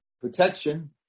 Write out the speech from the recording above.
protection